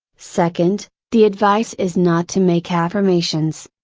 second, the advice is not to make affirmations.